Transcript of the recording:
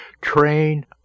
train